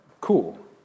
cool